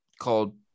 called